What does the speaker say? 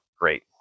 great